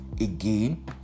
again